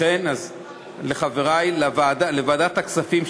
לחברי לוועדת הכספים,